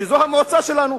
שזאת המועצה שלנו,